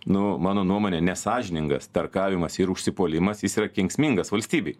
nu mano nuomone nesąžiningas tarkavimas ir užsipuolimas jis yra kenksmingas valstybei